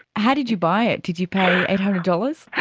how did you buy it? did you pay eight hundred dollars?